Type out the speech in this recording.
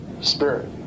spirit